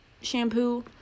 shampoo